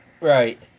Right